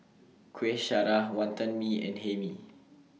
Kuih Syara Wonton Mee and Hae Mee